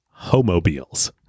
homobiles